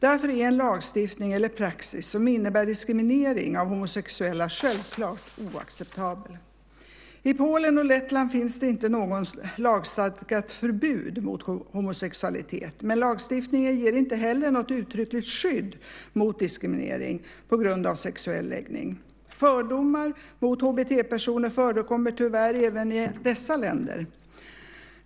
Därför är en lagstiftning eller praxis som innebär diskriminering av homosexuella självklart oacceptabel. I Polen och Lettland finns det inte något lagstadgat förbud mot homosexualitet, men lagstiftningen ger inte heller något uttryckligt skydd mot diskriminering på grund av sexuell läggning. Fördomar mot HBT-personer förekommer tyvärr även i dessa länder.